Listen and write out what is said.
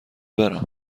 برم